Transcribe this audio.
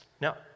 Now